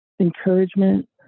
encouragement